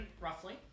roughly